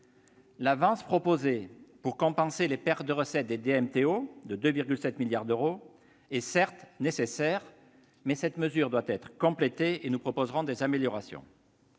L'avance proposée pour compenser les pertes de recettes des DMTO de 2,7 milliards d'euros est certes nécessaire, mais cette mesure doit être complétée. Nous proposerons par conséquent des améliorations.